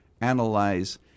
analyze